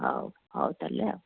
ହଉ ହଉ ତା'ହେଲେ ଆଉ